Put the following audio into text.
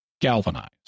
galvanized